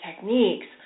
techniques